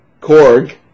Korg